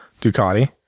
ducati